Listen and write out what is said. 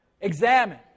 Examine